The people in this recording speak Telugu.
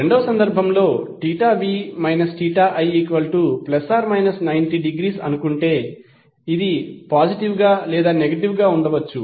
రెండవ సందర్భంలో v θi±90°అనుకుంటే అది పాజిటివ్ గా లేదా నెగటివ్ గా ఉండవచ్చు